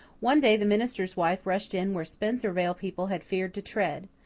one day the minister's wife rushed in where spencervale people had feared to tread,